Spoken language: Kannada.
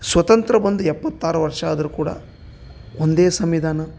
ಸ್ವತಂತ್ರ ಬಂದು ಎಪ್ಪತ್ತಾರು ವರ್ಷ ಆದ್ರು ಕೂಡ ಒಂದೇ ಸಂವಿಧಾನ